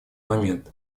момент